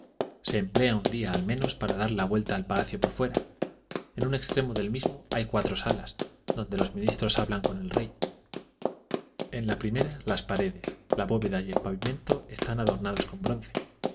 se emplea un día al menos para dar la vuelta al palacio por fuera en un extremo del mismo hay cuatro salas donde los ministros hablan con el rey en la primera las paredes la bóveda y el pavimento están adornados con bronce